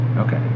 okay